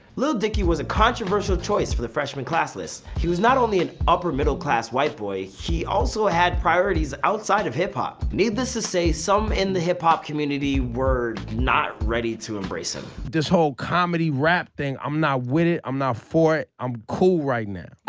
lil dicky was a controversial choice for the freshman class list. he was not only an upper middle class white boy, he also had priorities outside of hip hop. needless to say, some in the hip hop community were not ready to embrace him. this whole comedy rap thing, i'm not with it, i'm not for it. i'm cool right now.